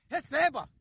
Receba